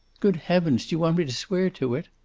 good heavens, do you want me to swear to it?